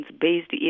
based